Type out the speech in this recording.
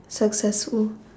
successful